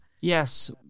Yes